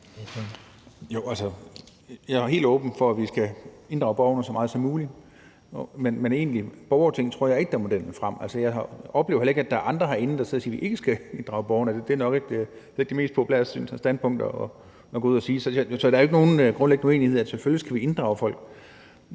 er helt åben for, at vi skal inddrage borgerne så meget som muligt, men et egentligt borgerting tror jeg ikke er vejen frem. Altså, jeg oplever heller ikke, at der er nogen herinde, der siger, at vi ikke skal inddrage borgerne – det er nok ikke et af de mest populære standpunkter at komme ud med. Så der er ikke nogen grundlæggende uenighed, for selvfølgelig skal vi inddrage folk.